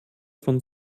von